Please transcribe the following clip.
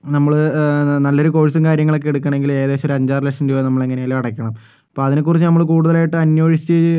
ഇപ്പോൾ നമ്മള് നല്ലൊരു കോഴ്സും കാര്യങ്ങളൊക്കെ എടുക്കണമെങ്കില് ഏകദേശം ഒരു അഞ്ചാറ് ലക്ഷം രൂപ നമ്മളെങ്ങനായാലും അടക്കണം അപ്പം അതിനെക്കുറിച്ച് നമ്മള് കൂടുതലായിട്ട് അന്വേഷിച്ച്